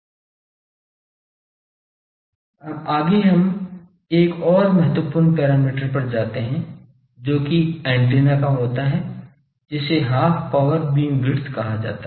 अब आगे हम एक और महत्वपूर्ण पैरामीटर पर जाते हैं जो कि एंटेना का होता है जिसे हाफ पावर बीमविड्थ कहा जाता है